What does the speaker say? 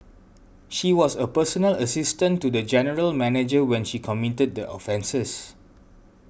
she was a personal assistant to the general manager when she committed the offences